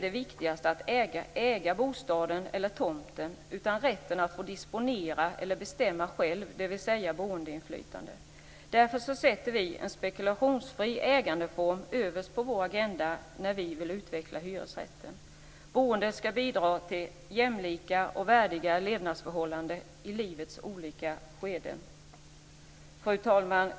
Det viktigaste är inte att äga bostaden eller tomten, utan det är rätten att själv få bestämma över sitt boende, dvs. boendeinflytande. Därför sätter vi en spekulationsfri ägandeform överst på vår agenda när vi vill utveckla hyresrätten. Boendet skall bidra till jämlika och värdiga levnadsförhållanden i livets olika skeden. Fru talman!